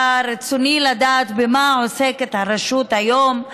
ברצוני היה לדעת במה עוסקת הרשות היום.